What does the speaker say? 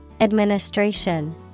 Administration